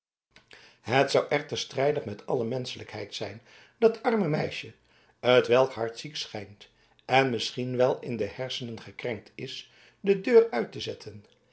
het zou echter strijdig met alle menschelijkheid zijn dat arme meisje t welk hard ziek schijnt en misschien wel in de hersenen gekrenkt is de deur uit te zetten